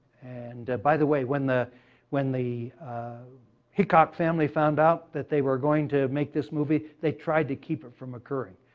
and, by the way, when the when the hickok family found out that they were going to make this movie, they tried to keep it from occurring.